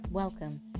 Welcome